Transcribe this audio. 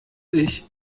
ich